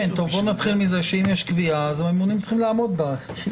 בוא נתחיל מזה שאם יש קביעה אז הממונים צריכים לעמוד בה.